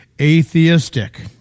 atheistic